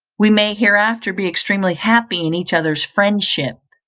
we may hereafter be extremely happy in each other's friendship.